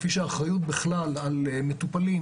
כמו האחריות על המטופלים,